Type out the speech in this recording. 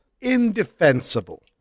indefensible